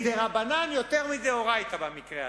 מדרבנן יותר מדאורייתא, במקרה הזה.